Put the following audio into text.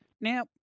Now